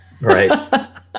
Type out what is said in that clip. Right